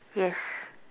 yes